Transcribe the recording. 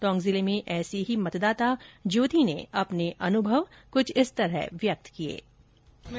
टोंक जिले में ऐसी ही मतदाता ज्योति ने अपने अनुभव कुछ इस तरह व्यक्त किये